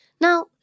Now